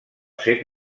ser